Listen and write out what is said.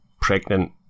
pregnant